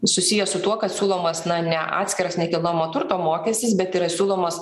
susiję su tuo kad siūlomas na ne atskiras nekilnojamo turto mokestis bet yra siūlomas